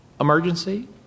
emergency